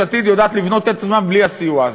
יש עתיד יודעת לבנות את עצמה בלי הסיוע הזה.